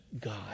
God